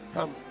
Come